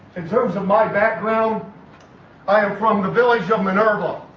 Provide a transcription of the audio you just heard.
in terms of my background i am probabilities of mineral